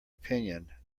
opinion